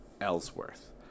Ellsworth